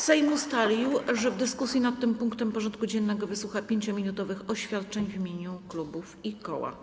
Sejm ustalił, że w dyskusji nad tym punktem porządku dziennego wysłucha 5-minutowych oświadczeń w imieniu klubów i koła.